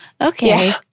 okay